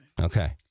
Okay